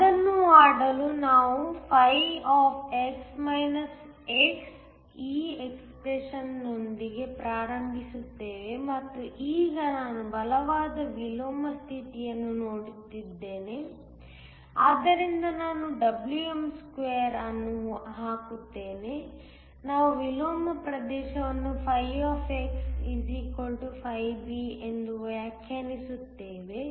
ಅದನ್ನು ಮಾಡಲು ನಾವು φ x ಈ ಎಕ್ಸ್ಪ್ರೆಶನ್ ಯೊಂದಿಗೆ ಪ್ರಾರಂಭಿಸುತ್ತೇವೆ ಮತ್ತು ಈಗ ನಾನು ಬಲವಾದ ವಿಲೋಮ ಸ್ಥಿತಿಯನ್ನು ನೋಡುತ್ತಿದ್ದೇನೆ ಆದ್ದರಿಂದ ನಾನು Wm2 ಅನ್ನು ಹಾಕುತ್ತೇನೆ ನಾವು ವಿಲೋಮ ಪ್ರದೇಶವನ್ನು φ φB ಎಂದು ವ್ಯಾಖ್ಯಾನಿಸುತ್ತೇವೆ